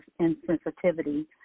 insensitivity